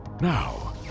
Now